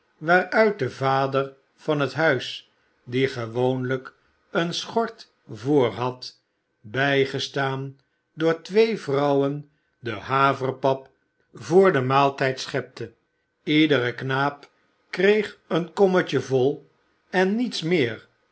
waaruit de vader van het huis die gewoonlijk een schort voorhad bijgestaan door twee vrouwen de haverpap voor den maaltijd schepte iedere knaap kreeg een kommetje vol en niets meer